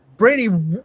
Brady